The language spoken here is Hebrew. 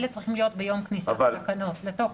אלה צריכים להיות ביום כניסת התקנות לתוקף.